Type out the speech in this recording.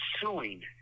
suing